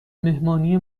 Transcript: مهمانی